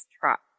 truck